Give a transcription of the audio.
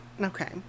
Okay